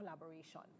collaboration